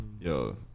Yo